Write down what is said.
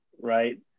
Right